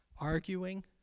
arguing